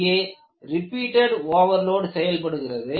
இங்கே repeated overload செயல்படுகிறது